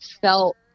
felt